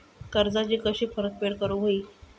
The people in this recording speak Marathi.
कर्जाची कशी परतफेड करूक हवी?